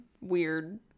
weird